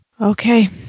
Okay